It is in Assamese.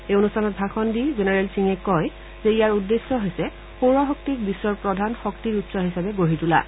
এই অনুষ্ঠানত ভাষণ দি জেনেৰেল সিঙে কয় যে ইয়াৰ উদ্দেশ্য হৈছে বিশ্বৰ প্ৰধান শক্তি ক্ষেত্ৰ হিচাপে গঢ়ি তোলা